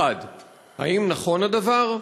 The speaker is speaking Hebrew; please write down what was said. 1. האם נכון הדבר?